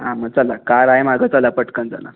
हां मग चला कार आहे मागं चला पटकन चला